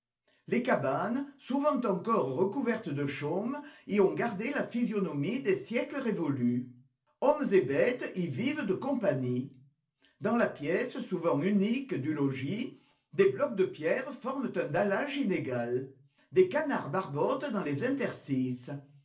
les cabanes souvent encore recouvertes de chaumes y ont gardé la physionomie des siècles révolus hommes et bêtes y vivent de compagnie dans la pièce souvent unique du logis des blocs de pierre forment un dallage inégal des canards barbotent dans les interstices